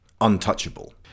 untouchable